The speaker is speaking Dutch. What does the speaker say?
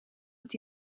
het